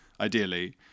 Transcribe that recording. Ideally